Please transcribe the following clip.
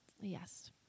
Yes